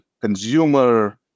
consumer